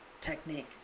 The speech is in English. technique